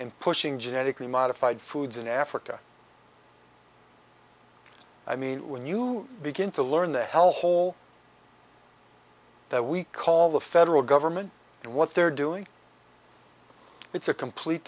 and pushing genetically modified foods in africa i mean when you begin to learn the hell hole that we call the federal government and what they're doing it's a complete